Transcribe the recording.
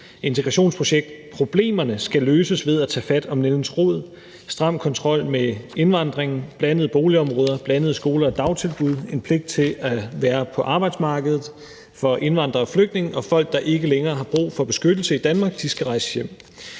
Integrationsproblemerne skal løses ved at tage fat om nældens rod: stram kontrol med indvandring, blandede boligområder, blandede skoler og dagtilbud, en pligt til at være på arbejdsmarkedet for indvandrere og flygtninge, og folk, der ikke længere har brug for beskyttelse i Danmark, skal rejse hjem.